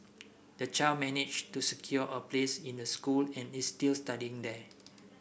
the child managed to secure a place in the school and is still studying there